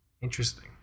interesting